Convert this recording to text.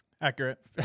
Accurate